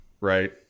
right